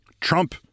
Trump